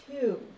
two